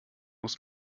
muss